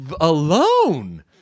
alone